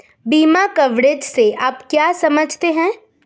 बीमा कवरेज से आप क्या समझते हैं?